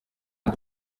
ngo